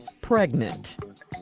pregnant